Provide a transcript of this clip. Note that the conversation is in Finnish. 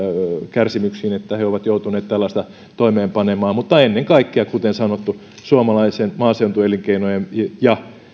kärsimyksiin että he ovat joutuneet tällaista toimeenpanemaan mutta ennen kaikkea kuten sanottu esitän suomalaisten maaseutuelinkeinojen ja